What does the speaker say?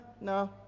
no